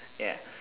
ya